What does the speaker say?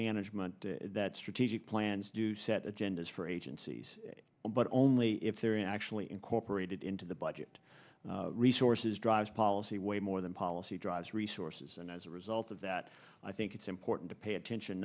management that strategic plans do set agendas for agencies but only if they're actually incorporated into the budget resources drives policy way more than policy drives resources and as a result of that i think it's important to pay attention